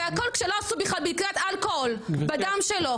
והכול כשלא עשו בכלל בדיקת אלכוהול בדם שלו.